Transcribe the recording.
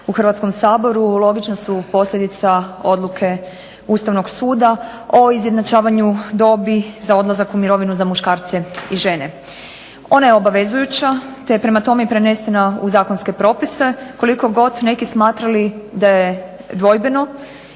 u Hrvatskom saboru logična su posljedica odluke Ustavnog suda o izjednačavanju dobi za odlazak u mirovinu za muškarce i žene. Ona je obvezujuća, te je prema tome prenesena u zakonske propise. Koliko god neki smatrali da je dvojbeno